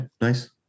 nice